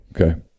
Okay